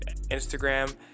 Instagram